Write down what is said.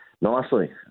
Nicely